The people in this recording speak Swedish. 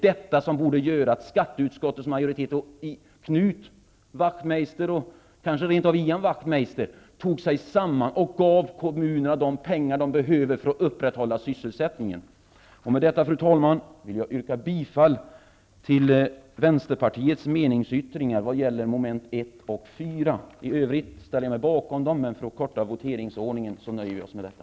Det borde göra att skatteutskottets majoritet, och Knut Wachtmeister och kanske rent av Ian Wachtmeister tog sig samman och gav kommunerna de pengar de behöver för att upprätthålla sysselsättningen. Fru talman! Med detta vill jag yrka bifall till 1 och 4. Jag ställer mig bakom meningsyttringen i övrigt, men för att förkorta voteringsordningen nöjer jag mig med detta.